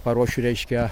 paruošiu reiškia